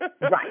Right